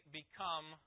become